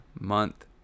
month